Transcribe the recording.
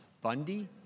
Bundy